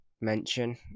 mention